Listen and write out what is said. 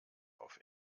auf